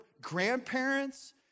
grandparents